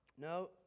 No